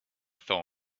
thought